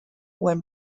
when